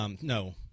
No